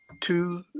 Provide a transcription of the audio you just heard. Two